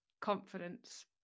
confidence